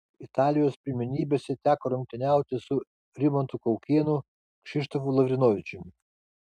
italijos pirmenybėse teko rungtyniauti su rimantu kaukėnu kšištofu lavrinovičiumi